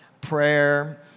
prayer